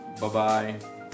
Bye-bye